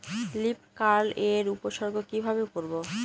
Leaf curl এর উপসর্গ কিভাবে করব?